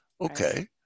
okay